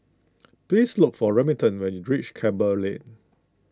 please look for Remington when you reach Campbell Lane